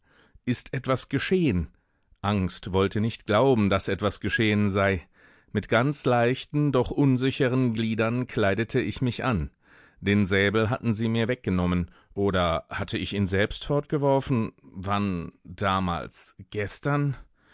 ist etwas geschehen angst wollte nicht glauben daß etwas geschehen sei mit ganz leichten doch unsicheren gliedern kleidete ich mich an den säbel hatten sie mir weggenommen oder hatte ich ihn selbst fortgeworfen wann damals gestern